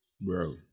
bro